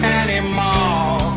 anymore